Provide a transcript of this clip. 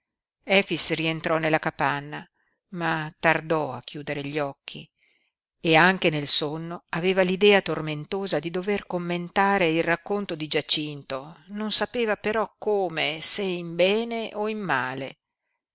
efix rientrò nella capanna ma tardò a chiudere gli occhi e anche nel sonno aveva l'idea tormentosa di dover commentare il racconto di giacinto non sapeva però come se in bene o in male